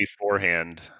beforehand